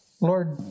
Lord